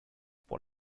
pour